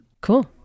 Cool